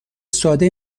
ساده